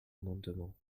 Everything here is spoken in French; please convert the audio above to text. amendement